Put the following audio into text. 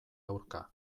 aurka